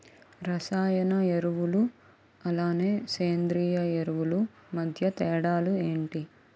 రసాయన ఎరువులు అలానే సేంద్రీయ ఎరువులు మధ్య తేడాలు ఏంటి?